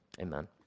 Amen